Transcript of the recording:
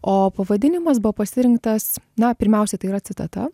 o pavadinimas buvo pasirinktas na pirmiausiai tai yra citata